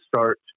start